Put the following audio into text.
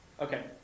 Okay